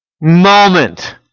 moment